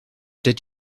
did